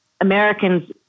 Americans